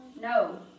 No